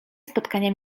spotkania